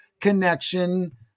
Connection